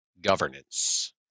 governance